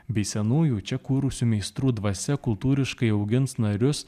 bei senųjų čia kūrusių meistrų dvasia kultūriškai augins narius